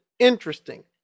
interesting